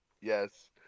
Yes